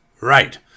Right